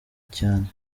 cyane